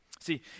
See